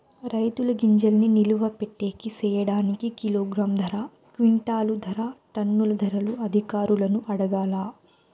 రైతుల గింజల్ని నిలువ పెట్టేకి సేయడానికి కిలోగ్రామ్ ధర, క్వింటాలు ధర, టన్నుల ధరలు అధికారులను అడగాలా?